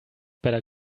better